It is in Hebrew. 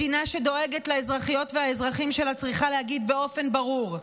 מדינה שדואגת לאזרחיות והאזרחים שלה צריכה להגיד באופן ברור: